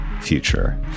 Future